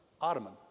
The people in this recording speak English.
ottoman